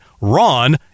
RON